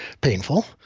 painful